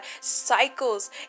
Cycles